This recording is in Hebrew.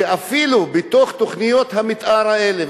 אפילו בתוך תוכניות המיתאר האלה,